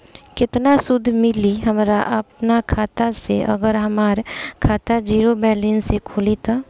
केतना सूद मिली हमरा अपना खाता से अगर हमार खाता ज़ीरो बैलेंस से खुली तब?